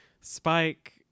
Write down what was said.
Spike